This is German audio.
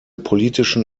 politischen